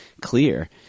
clear